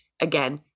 again